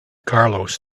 carlos